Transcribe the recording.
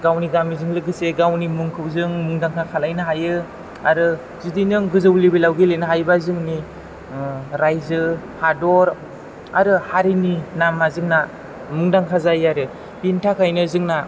गावनि गामिजों लोगोसे गावनि मुंखौ मुंदांखा खालामनो हायो आरो जुदि नों गोजौ लेबेलाव गेलेनो हायोबा जोंनि रायजो हादर आरो हारिनि नामा जोंना मुंदांखा जायो आरो बेनि थाखायनो जोंना